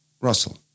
Russell